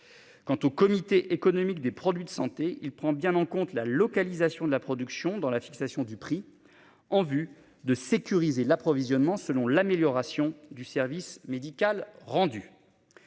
Quant au comité économique des produits de santé il prend bien en compte la localisation de la production dans la fixation du prix en vue de sécuriser l'approvisionnement selon l'amélioration du service médical rendu.